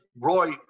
Roy